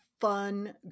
fun